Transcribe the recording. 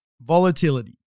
volatility